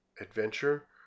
adventure